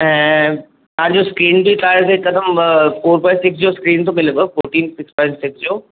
ऐं तव्हांजो स्कीन बि तव्हांखे हिकदमि फ़ॉर बॉय सिक्स जो स्क्रीन थो मिलेव फ़ॉटीन सिक्स बाय सिक्स जो